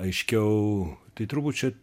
aiškiau tai turbūt čia